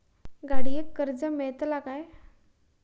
गाडयेक कर्ज मेलतला काय?